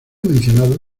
mencionado